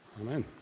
Amen